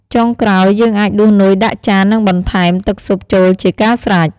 ចុងក្រោយ យើងអាចដួសនុយដាក់ចាន និងបន្ថែមទឹកស៊ុបចូលជាការស្រេច។